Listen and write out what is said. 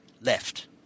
left